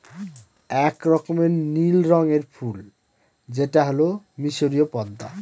এক রকমের নীল রঙের ফুল যেটা হল মিসরীয় পদ্মা